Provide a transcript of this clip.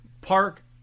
park